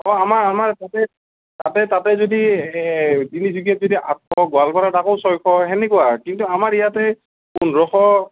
অ আমাৰ আমাৰ তাতে তাতে তাতে যদি এই তিনিচুকীয়াত যদি আঠশ গোৱালপাৰাত আকৌ ছশ সেনেকুৱা কিন্তু আমাৰ ইয়াতহে পোন্ধৰশ